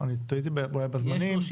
אני טעיתי אולי בזמנים.